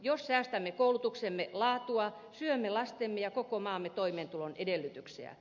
jos säästämme koulutuksemme laatua syömme lastemme ja koko maamme toimeentulon edellytyksiä